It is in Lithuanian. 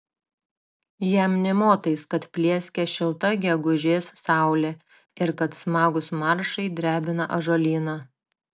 jam nė motais kad plieskia šilta gegužės saulė ir kad smagūs maršai drebina ąžuolyną